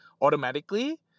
automatically